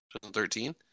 2013